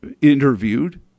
interviewed